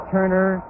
Turner